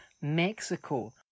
Mexico